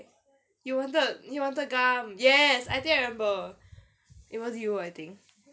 you wanted you wanted gum yes I think I remember it was you I think